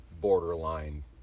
borderline